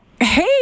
Hey